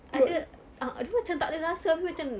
ada ah dia macam tak ada rasa habis macam